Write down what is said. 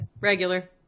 Regular